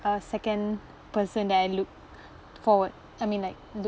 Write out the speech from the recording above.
uh second person that I look forward I mean like lo~